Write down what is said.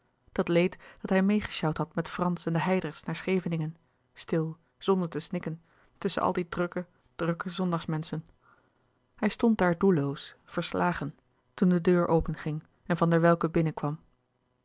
dat leed dat hij meê gesjouwd had met frans en de hijdrechts naar scheveningen stil zonder te snikken tusschen al die drukke drukke zondagsmenschen hij stond daar doelloos verslagen toen de deur openging en van der welcke binnenkwam